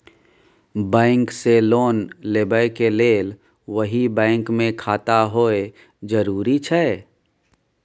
Bank से loan लेबै के लेल वही बैंक मे खाता होय जरुरी छै?